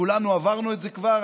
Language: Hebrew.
כולנו עברנו את זה כבר.